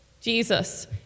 Jesus